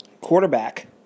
quarterback